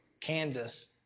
Kansas